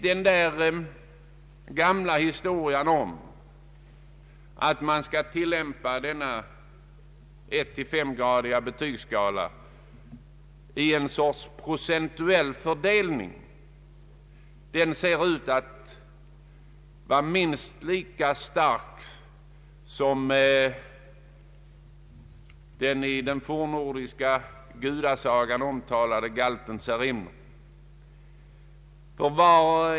Den gamla metoden att tillämpa denna femgradiga betygsskala i ett slags procentuell fördelning ser ut att vara minst lika seglivad som den i den fornnordiska gudasagan omtalade galten Särimner.